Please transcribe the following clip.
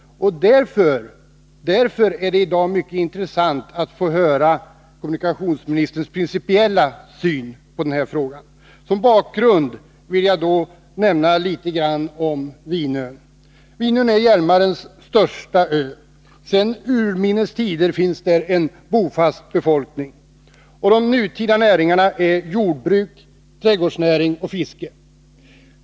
Därför är det i dag mycket intressant att få veta kommunikationsministerns principiella syn. Jag vill som bakgrund säga något om Vinön. Vinön är Hjälmarens största ö. Sedan urminnes tider finns där en bofast befolkning. De nutida näringarna är jordbruk, trädgårdsnäring och fiske.